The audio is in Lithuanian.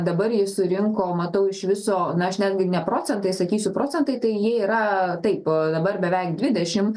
dabar ji surinko matau iš viso na aš netgi ne procentais sakysiu procentai tai jie yra taip dabar beveik dvidešim